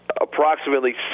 approximately